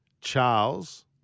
Charles